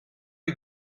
you